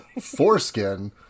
foreskin